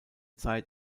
zeit